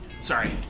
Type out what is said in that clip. Sorry